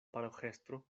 paroĥestro